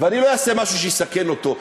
ואני לא אעשה משהו שיסכן אותו.